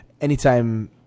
anytime